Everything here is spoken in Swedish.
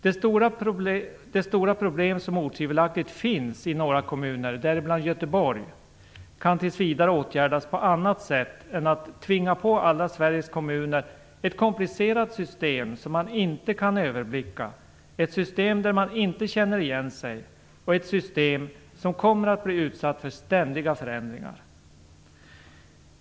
De stora problem som otvivelaktigt finns i några kommuner, däribland Göteborg, kan tills vidare åtgärdas på annat sätt än genom att tvinga på alla Sveriges kommuner ett komplicerat system som man inte kan överblicka, ett system där man inte känner igen sig och som kommer att bli utsatt för ständiga förändringar.